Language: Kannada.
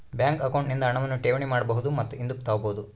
ಬ್ಯಾಂಕ್ ಅಕೌಂಟ್ ನಿಂದ ಹಣವನ್ನು ಠೇವಣಿ ಮಾಡಬಹುದು ಮತ್ತು ಹಿಂದುಕ್ ತಾಬೋದು